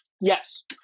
Yes